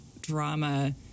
drama